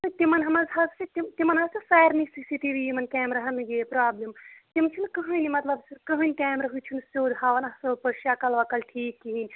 تہٕ تِمَن منٛز حظ چھِ تِمَن حظ چھِ سارنٕے سی سی ٹی وی یِمَن کیمراہَن یہِ پرابلم تِم چھِنہٕ کٕہٕنۍ مطلب کٕہٕنۍ کیمرٕہٕے چھُنہٕ سیٚود ہاوان اصل پٲٹھۍ شَکَل وَکَل ٹھیٖک کِہیٖنۍ